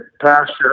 pasture